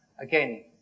Again